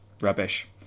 Rubbish